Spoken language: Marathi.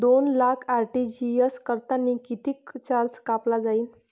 दोन लाख आर.टी.जी.एस करतांनी कितीक चार्ज कापला जाईन?